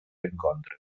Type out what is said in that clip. encontre